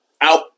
out